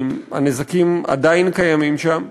הנזקים עדיין קיימים שם,